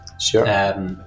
Sure